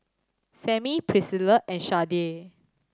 Sammie Priscilla and Shardae